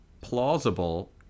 plausible